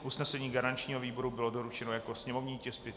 Usnesení garančního výboru bylo doručeno jako sněmovní tisk 547/4.